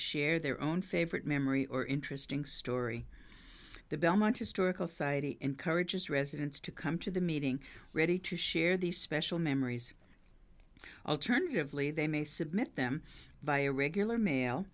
share their own favorite memory or interesting story the belmont historical society encourages residents to come to the meeting ready to share these special memories alternatively they may submit them via regular mail